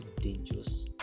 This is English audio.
dangerous